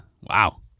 Wow